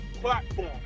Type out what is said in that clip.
platform